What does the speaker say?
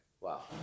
Wow